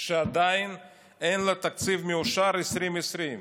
שעדיין אין לה תקציב מאושר ל-2020,